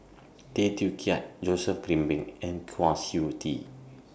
Tay Teow Kiat Joseph Grimberg and Kwa Siew Tee